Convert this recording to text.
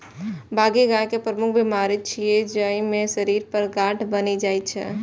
बाघी गाय के प्रमुख बीमारी छियै, जइमे शरीर पर गांठ बनि जाइ छै